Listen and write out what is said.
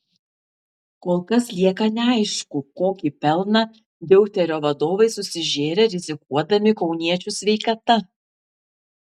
kol kas lieka neaišku kokį pelną deuterio vadovai susižėrė rizikuodami kauniečių sveikata